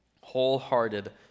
wholehearted